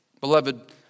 Beloved